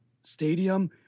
stadium